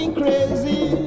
crazy